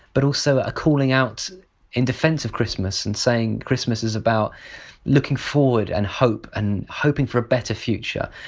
but also a calling out in defence of christmas and saying christmas is about looking forward, and hope, and hoping for a better future,